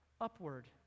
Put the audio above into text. upward